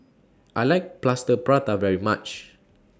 I like Plaster Prata very much